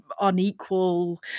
unequal